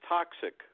Toxic